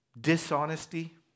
dishonesty